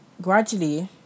gradually